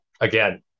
again